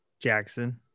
Jackson